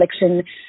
election